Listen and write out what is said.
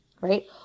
right